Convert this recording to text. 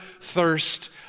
thirst